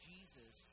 Jesus